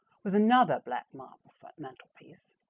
with another black marble mantelpiece,